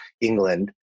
England